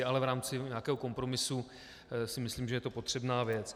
Ale v rámci nějakého kompromisu si myslím, že je to potřebná věc.